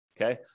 okay